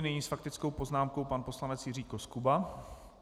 Nyní s faktickou poznámkou pan poslanec Jiří Koskuba.